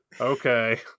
Okay